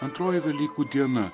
antroji velykų diena